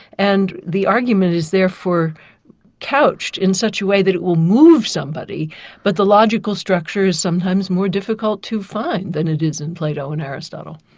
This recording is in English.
and the argument is therefore couched in such a way that it will move somebody but the logical stricture is sometimes more difficult to find than it is in plato and aristotle.